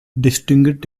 distinguished